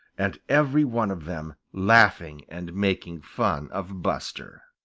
and every one of them laughing and making fun of buster.